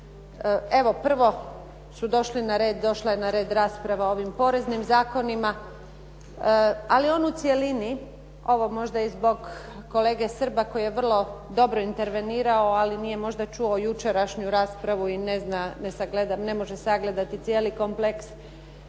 Evo prvo su došli na red, došla je na red rasprava o ovim poreznim zakonima, ali on u cjelini, ovo možda i zbog kolege Srba koji je vrlo dobro intervenirao, ali nije možda čuo jučerašnju raspravu i ne zna, ne može sagledati cijeli kompleks.